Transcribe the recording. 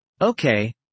Okay